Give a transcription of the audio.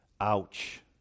Ouch